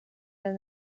der